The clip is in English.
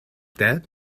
that